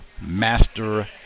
master